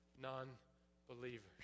non-believers